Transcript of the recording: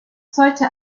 sollte